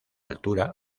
altura